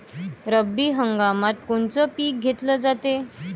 रब्बी हंगामात कोनचं पिक घेतलं जाते?